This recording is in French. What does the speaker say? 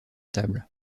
table